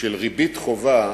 של ריבית חובה,